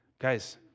Guys